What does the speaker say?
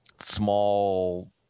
small –